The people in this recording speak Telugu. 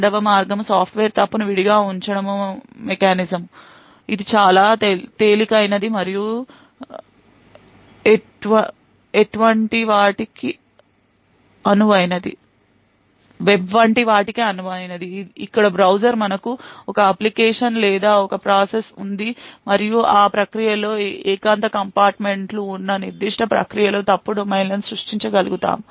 రెండవ మార్గము సాఫ్ట్వేర్ తప్పును విడిగా ఉంచడం మెకానిజం ఇది చాలా తేలికైనది మరియు వెబ్వంటి వాటికి అనువైనది ఇక్కడ బ్రౌజర్ మనకు ఒక అప్లికేషన్ లేదా ఒక ప్రాసెస్ ఉంది మరియు ఆ ప్రక్రియలో ఏకాంత కంపార్ట్మెంట్లు ఉన్న నిర్దిష్ట ప్రక్రియలో ఫాల్ట్ డొమైన్లను సృష్టించగలుగుతాము